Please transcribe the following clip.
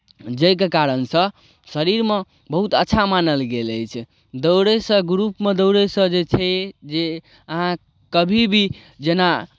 जाहिके कारणसँ शरीरमे बहुत अच्छा मानल गेल अछि दौड़यसँ ग्रुपमे दौड़यसँ जे छै जे अहाँ कभी भी जेना